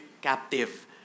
captive